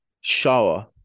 shower